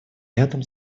рядом